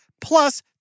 plus